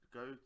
go